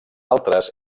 altres